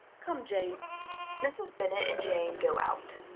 come, jane mrs. bennet and jane go out.